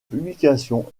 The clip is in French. publication